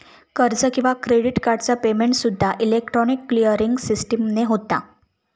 कर्ज किंवा क्रेडिट कार्डचा पेमेंटसूद्दा इलेक्ट्रॉनिक क्लिअरिंग सिस्टीमने होता